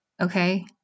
Okay